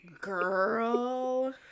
Girl